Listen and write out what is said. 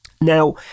Now